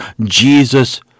Jesus